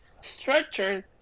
structured